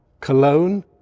Cologne